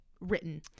written